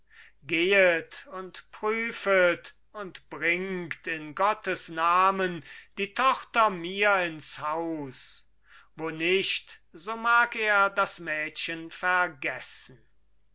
gehet und prüfet und bringt in gottes namen die tochter mir ins haus wo nicht so mag er das mädchen vergessen